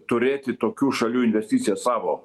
turėti tokių šalių investicijas savo